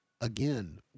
again